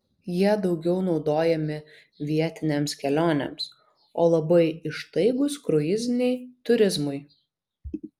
jie daugiau naudojami vietinėms kelionėms o labai ištaigūs kruiziniai turizmui